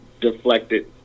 deflected